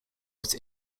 was